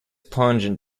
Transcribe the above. pungent